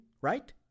right